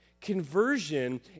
Conversion